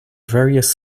various